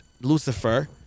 Lucifer